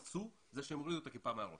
עשו הוא שהם הורידו את הכיפה מעל הראש.